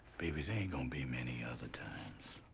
baby, there ain't gonna be many other times.